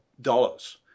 dollars